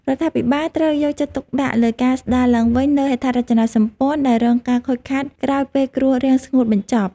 រដ្ឋាភិបាលត្រូវយកចិត្តទុកដាក់លើការស្តារឡើងវិញនូវហេដ្ឋារចនាសម្ព័ន្ធដែលរងការខូចខាតក្រោយពេលគ្រោះរាំងស្ងួតបញ្ចប់។